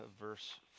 verse